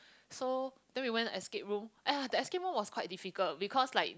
so then we went an escape room !aiya! the escape room was quite difficult because like